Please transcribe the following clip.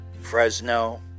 Fresno